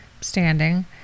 standing